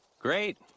great